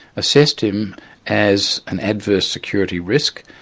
assessed him as an adverse security risk.